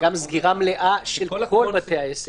מאוד ספציפית, זו בדיוק הנקודה.